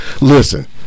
Listen